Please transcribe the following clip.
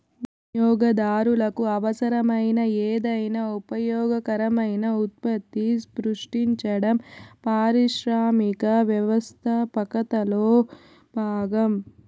వినియోగదారులకు అవసరమైన ఏదైనా ఉపయోగకరమైన ఉత్పత్తిని సృష్టించడం పారిశ్రామిక వ్యవస్థాపకతలో భాగం